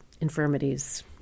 infirmities